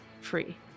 free